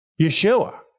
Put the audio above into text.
Yeshua